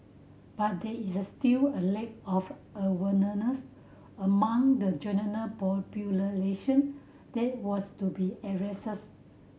but there is a still a lack of awareness among the general popularization that was to be addressed